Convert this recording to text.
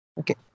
okay